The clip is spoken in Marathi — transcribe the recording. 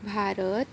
भारत